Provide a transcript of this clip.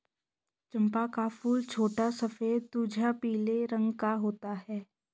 चंपा का फूल छोटा सफेद तुझा पीले रंग का होता है